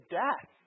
death